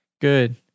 good